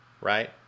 right